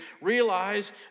realize